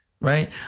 Right